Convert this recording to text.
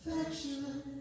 affection